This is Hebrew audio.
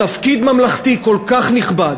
בתפקיד ממלכתי כל כך נכבד,